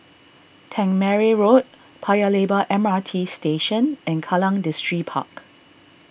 Tangmere Road Paya Lebar M R T Station and Kallang Distripark